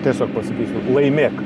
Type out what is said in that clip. tiesiog pasakysiu laimėk